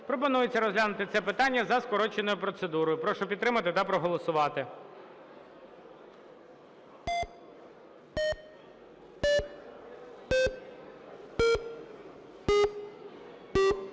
Пропонується розглянути це питання за скороченою процедурою. Прошу підтримати та проголосувати.